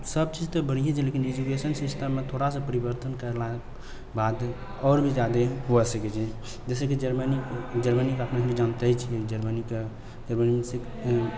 सब चीज तऽ बढ़ियें छै लेकिन एजुकेशन सिस्टममे थोड़ासँ परिवर्तन करला बाद आओर भी जादे होइ सकै छै जैसे जर्मनी जर्मनीके अपना सनि जानिते छियै जर्मनीके